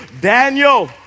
Daniel